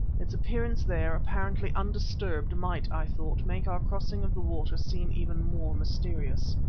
its appearance there, apparently undisturbed, might, i thought, make our crossing of the water seem even more mysterious.